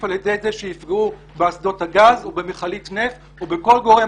על ידי זה שיפגעו באסדות הגז או במכלית נפט או בכל גורם